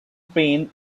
pain